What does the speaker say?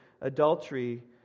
adultery